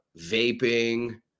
vaping